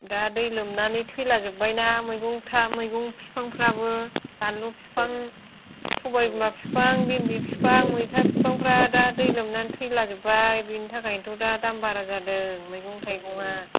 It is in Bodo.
दा दै लोमनानै थैलाजोबबाय ना मैगंफ्रा मैगं बिफांफ्राबो बानलु बिफां सबाय बिमा बिफां भेन्डि बिफां मैथा बिफांफ्रा दा दै लोमनान थैला जोबबाय बेनि थाखायनोथ' दा दाम बारा जादों मैगं थाइगंआ